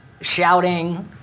shouting